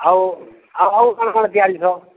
ଆଉ ଆଉ କ'ଣ କ'ଣ ଅଛି